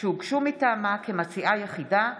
שהוגשו מטעמה כמציעה יחידה,